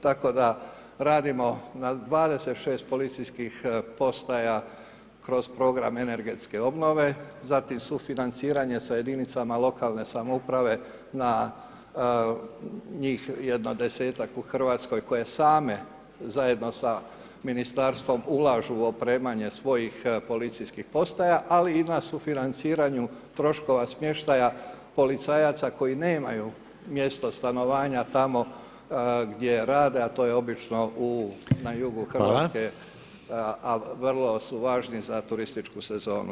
Tako da radimo na 26 policijskih postaja kroz program energetske obnove, zatim sufinanciranje sa jedinicama lokalne samouprave na njih jedno 10-ak u Hrvatskoj koje same zajedno sa Ministarstvom ulažu u opremanje svojih policijskih postaja, ali i na sufinanciranju troškova smještaja policajaca koji nemaju mjesto stanovanja tamo gdje rade, a to je obično na jugu Hrvatske [[Upadica Reiner: Hvala.]] , a vrlo su važni za turističku sezonu.